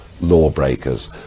lawbreakers